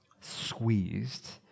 squeezed